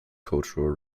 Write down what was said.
cultural